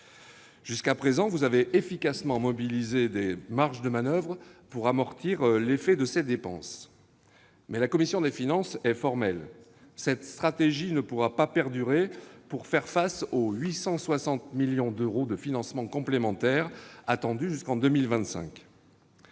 Jusqu'à présent, vous avez efficacement mobilisé des marges de manoeuvre pour amortir l'effet de ces dépenses. Mais la commission des finances est formelle : cette stratégie ne pourra pas perdurer pour faire face aux 860 millions d'euros de financements complémentaires attendus jusqu'en 2025.